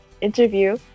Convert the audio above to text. interview